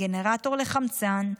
גנרטור לחמצן,